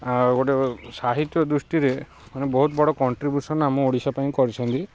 ଆଉ ଗୋଟେ ସାହିତ୍ୟ ଦୃଷ୍ଟିରେ ମାନେ ବହୁତ ବଡ଼ କଣ୍ଟ୍ରିବ୍ୟୁସନ୍ ଆମ ଓଡ଼ିଶା ପାଇଁ କରିଛନ୍ତି